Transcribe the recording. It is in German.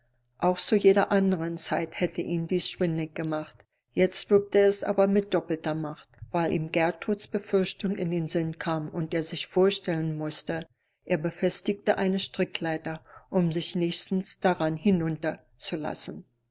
auch zu jeder anderen zeit hätte ihn dies schwindlig gemacht jetzt wirkte es aber mit doppelter macht weil ihm gertruds befürchtung in den sinn kam und er sich vorstellen mußte er befestige eine strickleiter um sich nächstens daran hinunter zulassen